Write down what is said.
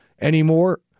anymore